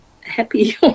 happy